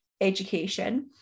education